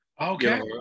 Okay